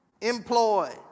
employ